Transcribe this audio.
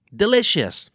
delicious